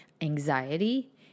anxiety